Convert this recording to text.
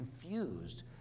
confused